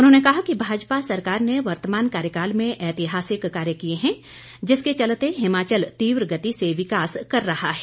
उन्होंने कहा कि भाजपा सरकार ने वर्तमान कार्यकाल में ऐतिहासिक कार्य किए हैं जिसके चलते हिमाचल तीव्र गति से विकास कर कर रहा है